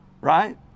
right